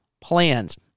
plans